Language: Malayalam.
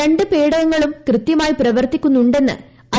രണ്ട് പേടകങ്ങളും കൃത്യമായി പ്രവർത്തിക്കുന്നുണ്ടെസ്സ് ഐ